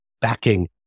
backing